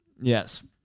Yes